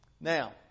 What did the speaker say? Now